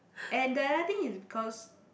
and the another thing is because